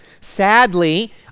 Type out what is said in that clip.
Sadly